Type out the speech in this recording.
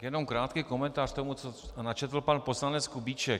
Jenom krátký komentář k tomu, co načetl pan poslanec Kubíček.